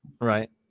right